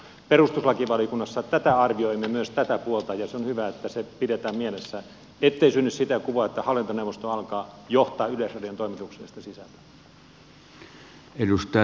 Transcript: perustuslakivaliokunnassa arvioimme myös tätä puolta ja se on hyvä että se pidetään mielessä ettei synny sitä kuvaa että hallintoneuvosto alkaa johtaa yleisradion toimituksellista sisältöä